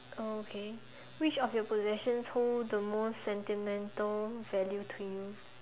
okay which of your possessions hold the most sentimental value to you